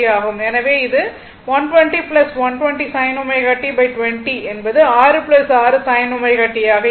எனவே இது 120 120 sin ω t 20 என்பது 6 6 sin ω t ஆக இருக்கும்